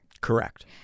correct